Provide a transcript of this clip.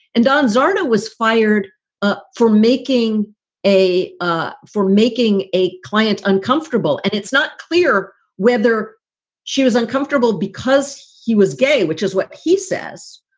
and don xano ah and was fired ah for making a ah for making a client uncomfortable. and it's not clear whether she was uncomfortable because he was gay, which is what he says,